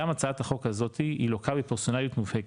גם הצעת החוק הזאת היא לוקה בפרסונאליות מובהקת,